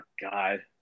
God